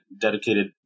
dedicated